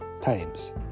times